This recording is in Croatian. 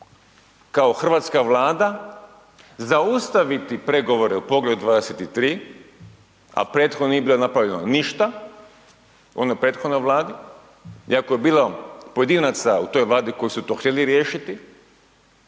kao hrvatska Vlada, zaustaviti pregovore o Poglavlju 23., a prethodno nije bilo napravljeno ništa u onoj prethodnoj Vladi iako je bilo pojedinaca u toj Vladi koji su to htjeli riješiti,